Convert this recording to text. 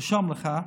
תרשום לך.